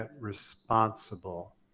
responsible